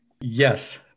Yes